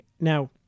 Now